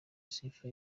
sifa